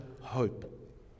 hope